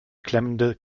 klemmende